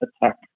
attack